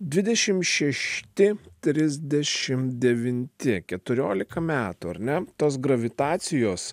dvidešim šešti trisdešim devinti keturiolika metų ar ne tas gravitacijos